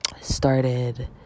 started